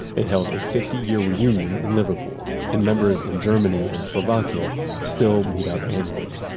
they held a fifty year reunion in liverpool and members in germany and slovakia still meet up annually.